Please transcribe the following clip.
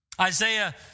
Isaiah